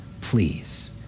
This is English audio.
please